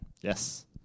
Yes